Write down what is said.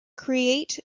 create